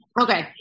Okay